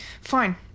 Fine